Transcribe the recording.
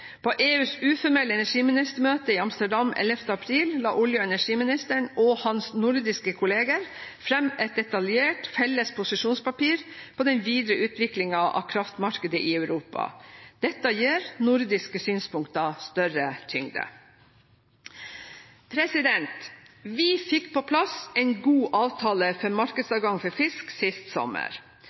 På EUs uformelle energiministermøte i Amsterdam 11. april la olje- og energiministeren og hans nordiske kolleger fram et detaljert felles posisjonspapir på den videre utvikling av kraftmarkedet i Europa. Dette gir nordiske synspunkter større tyngde. Vi fikk på plass en god avtale for markedsadgang for fisk sist sommer.